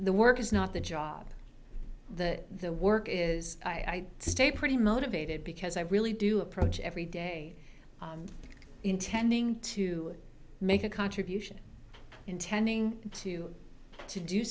the work is not the job that the work is i stay pretty motivated because i really do approach every day intending to make a contribution intending to to do